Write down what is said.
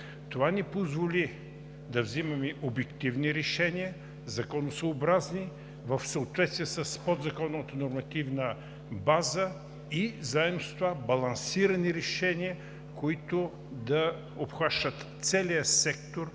Това ни позволи да взимаме обективни и законосъобразни решения, в съответствие с подзаконовата нормативна база и заедно с това балансирани решения, които да обхващат целия сектор